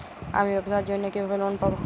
আমি ব্যবসার জন্য কিভাবে লোন পাব?